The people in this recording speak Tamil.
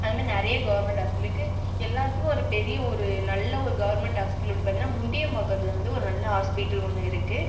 அது மேரி நிறைய கவுர்மென்ட் ஹாஸ்பிட்டல் இருக்கு எல்லாத்துக்கும் ஒரு பெரிய ஒரு நல்ல ஒரு கவுர்மென்ட் ஹாஸ்பிட்டல் அப்படின்னு பார்த்திங்கன்னா முந்தியம் பாக்கத்தில் வந்து ஒரு நல்ல ஹாஸ்பிட்டல் ஒன்று இருக்கு